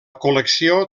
col·lecció